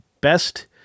Best